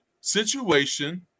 Situation